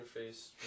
interface